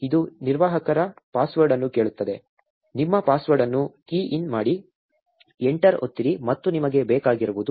ಇದು ನಿರ್ವಾಹಕರ ಪಾಸ್ವರ್ಡ್ ಅನ್ನು ಕೇಳುತ್ತದೆ ನಿಮ್ಮ ಪಾಸ್ವರ್ಡ್ ಅನ್ನು ಕೀ ಇನ್ ಮಾಡಿ ಎಂಟರ್ ಒತ್ತಿರಿ ಮತ್ತು ನಿಮಗೆ ಬೇಕಾಗಿರುವುದು